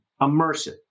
immersive